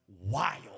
wild